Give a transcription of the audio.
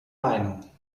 meinung